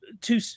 two